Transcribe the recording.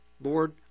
Lord